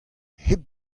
hep